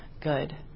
good